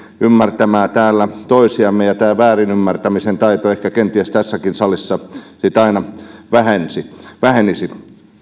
ymmärtämään täällä toisiamme ja tämä väärin ymmärtämisen taito kenties tässäkin salissa sitten aina vähenisi vähenisi